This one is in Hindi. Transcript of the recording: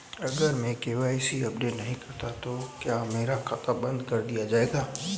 अगर मैं के.वाई.सी अपडेट नहीं करता तो क्या मेरा खाता बंद कर दिया जाएगा?